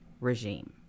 regime